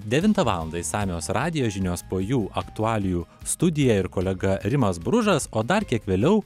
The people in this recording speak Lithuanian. devintą valandą išsamios radijo žinios po jų aktualijų studija ir kolega rimas bružas o dar kiek vėliau